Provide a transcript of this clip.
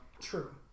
true